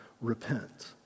repent